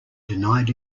denied